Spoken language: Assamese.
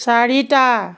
চাৰিটা